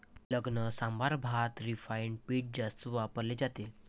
लग्नसमारंभात रिफाइंड पीठ जास्त वापरले जाते